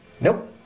Nope